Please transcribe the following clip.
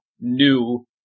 new